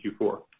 Q4